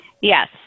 Yes